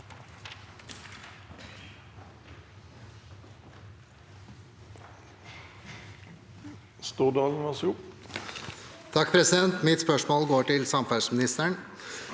Mitt spørsmål går til samferdselsministeren.